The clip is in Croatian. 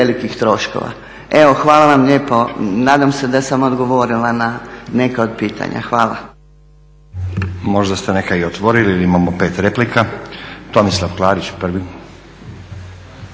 hvala vam lijepo. Nadam se da sam odgovorila na neka od pitanja. Hvala.